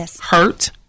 hurt